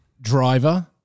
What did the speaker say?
driver